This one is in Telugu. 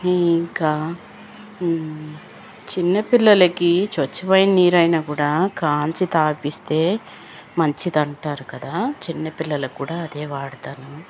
ఇంకా చిన్నపిల్లలకి స్వచ్ఛమైన నీరైనా కూడా కాచి త్రాగిస్తే మంచిదంటారు కదా చిన్న పిల్లలకు కూడా అదే వాడతాను